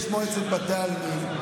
יש מועצת בתי העלמין,